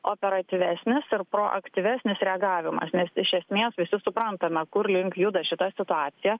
operatyvesnis ir proaktyvesnis reagavimas nes iš esmės visi suprantame kur link juda šita situacija